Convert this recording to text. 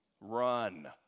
run